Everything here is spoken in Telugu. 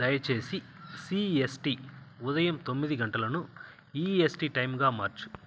దయచేసి సిఎస్టి ఉదయం తొమ్మిది గంటలను ఈఎస్టి టైమ్గా మార్చు